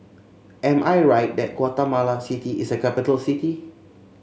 am I right that Guatemala City is a capital city